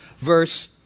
verse